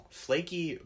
flaky